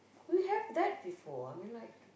we have that before I mean like